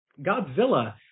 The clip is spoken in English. Godzilla